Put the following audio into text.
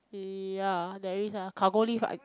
ya there is ah cargo lift I